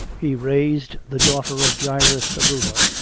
he raised the daughter of jairus the ruler,